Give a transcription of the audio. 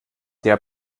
der